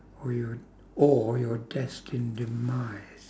or your or your destined demise